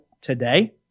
today